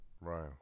right